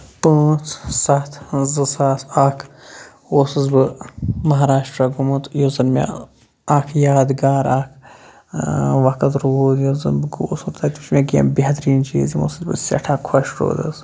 پانٛژھ سَتھ زٕ ساس اَکھ اوسُس بہٕ مہاراشٹرا گوٚمُت یُس زَن مےٚ اَکھ یادگار اَکھ وقت روٗد یُس زَن بہٕ گوسمُت تَتہِ چھُ مےٚ کینٛہہ بہتریٖن چیٖز یِم اوسُس بہٕ سٮ۪ٹھاہ خۄش روٗد حظ